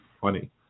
funny